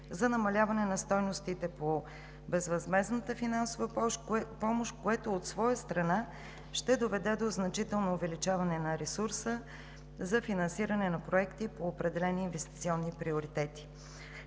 за намаляване на стойностите по безвъзмездната финансова помощ, което от своя страна ще доведе до значително увеличаване на ресурса за финансиране на проекти по определени инвестиционни приоритети.